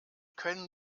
können